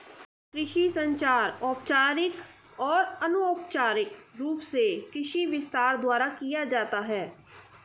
कृषि संचार औपचारिक और अनौपचारिक रूप से कृषि विस्तार द्वारा किया जाता है